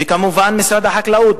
וכמובן, משרד החקלאות.